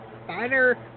better